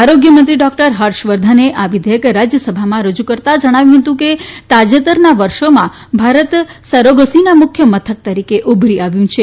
આરોગ્ય મંત્રી ડોકટર હર્ષ વર્ધને આ વિધેયક રાજયસભામાં રજ કરતાં જણાવ્યું હતું કે તાજેતરના વર્ષોમાં ભારત સરોગસીના મુખ્ય મથક તરીકે ઉભરી આવ્યું છે